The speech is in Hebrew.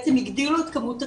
בעצם הגדילו את כמות הכיתות.